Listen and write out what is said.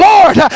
Lord